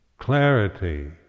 clarity